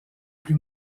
plus